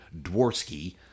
Dworsky